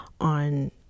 on